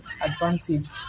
advantage